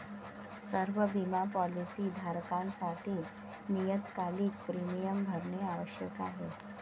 सर्व बिमा पॉलीसी धारकांसाठी नियतकालिक प्रीमियम भरणे आवश्यक आहे